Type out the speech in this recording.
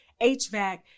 HVAC